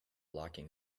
locking